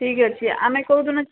ଠିକ୍ ଅଛି ଆମେ କେଉଁ ଦିନ